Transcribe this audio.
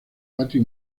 patio